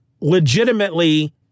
legitimately